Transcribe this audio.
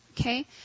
okay